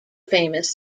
famous